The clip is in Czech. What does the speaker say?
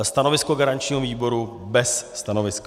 Stanovisko garančního výboru bez stanoviska.